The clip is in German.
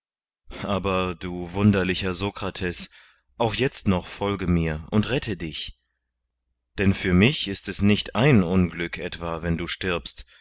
aber du wunderlicher sokrates auch jetzt noch folge mir und rette dich denn für mich ist es nicht ein unglück etwa wenn du stirbst